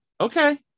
Okay